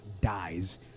dies